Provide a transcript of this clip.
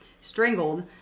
strangled